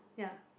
ya